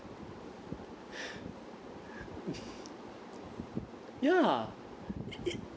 ya